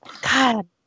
god